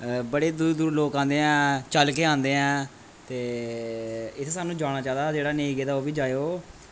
बड़ी दूरों दूरों लोक आंदे ऐ चल के आंदे ऐ ते इत्थें सानूं जाना चाहिदा जेह्ड़ा नेईं गेदा ओह् बी जाए ओह्